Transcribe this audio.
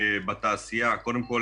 קודם כל,